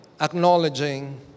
acknowledging